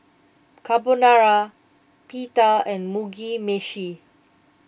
Carbonara Pita and Mugi Meshi